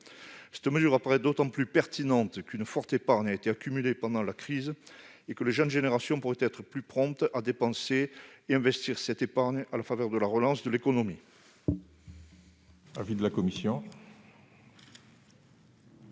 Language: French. Cette mesure paraît d'autant plus pertinente qu'une forte épargne a été accumulée pendant la crise et que les jeunes générations pourraient être plus promptes à dépenser et à investir cette épargne à la faveur de la relance de l'économie.